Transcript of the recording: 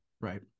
Right